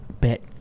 Bet